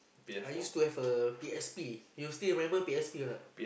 I used to have a P_S_P you still remember P_S_P or not